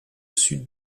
sud